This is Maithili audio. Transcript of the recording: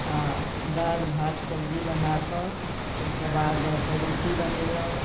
आओर दालि भात सब्जी बनाकऽ ताहिके बादसँ रोटी बनेलहुँ